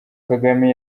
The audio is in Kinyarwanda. kagame